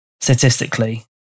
statistically